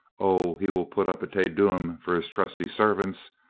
o, he will put up a te deum for his trusty servants.